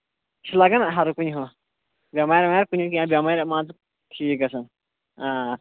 یہِ چھُ لَگان ہر کُنہِ ہُہ بٮ۪مارِ وٮ۪مارِ کُنہِ یا بٮ۪مٲرۍ مان ژٕ ٹھیٖک گژھان آ